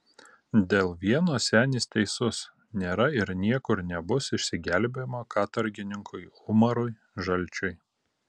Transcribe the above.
dėl vieno senis teisus nėra ir niekur nebus išsigelbėjimo katorgininkui umarui žalčiui